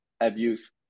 abuse